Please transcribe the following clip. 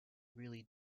really